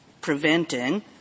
preventing